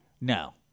No